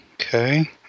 okay